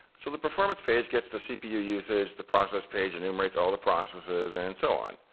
so, the performance page gets the cpu usage, the process page enumerates all the processes, and so on.